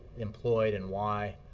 employed and why